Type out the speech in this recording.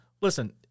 Listen